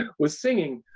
ah was singing,